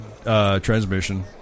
transmission